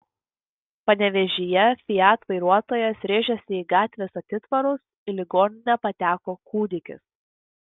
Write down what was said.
panevėžyje fiat vairuotojas rėžėsi į gatvės atitvarus į ligoninę pateko kūdikis